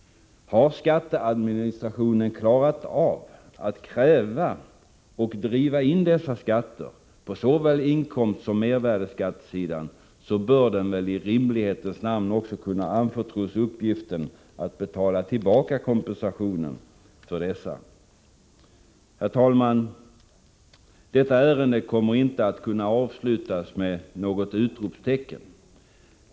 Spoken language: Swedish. Har skatteadministrationen klarat av att kräva och driva in dessa skatter på såväl inkomstsom mervärdeskattesidan, så bör den väl i rimlighetens namn också kunna anförtros uppgiften att betala tillbaka kompensationen för dessa. Herr talman! Detta ärende kommer inte att kunna avslutas med något utropstecken.